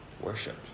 worship